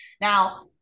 Now